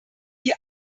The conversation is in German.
die